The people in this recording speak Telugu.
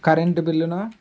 కరెంటు బిల్లును